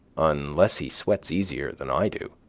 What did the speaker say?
unless he sweats easier than i do.